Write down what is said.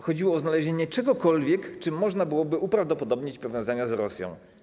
Chodziło o znalezienie czegokolwiek, czym można byłoby uprawdopodobnić powiązania z Rosją.